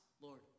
Lord